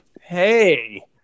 Hey